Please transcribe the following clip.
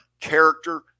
character